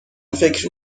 فکر